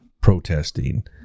protesting